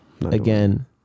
Again